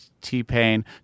T-Pain